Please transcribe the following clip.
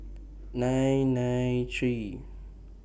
nine nine three